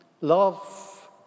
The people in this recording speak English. Love